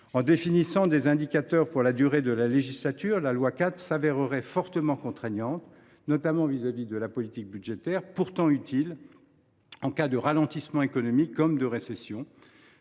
En définissant des indicateurs pour la durée de la législature, la loi cadre se révélerait fortement contraignante, notamment vis à vis de la politique budgétaire, qui reste utile en cas de ralentissement économique comme de récession.